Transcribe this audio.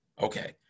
okay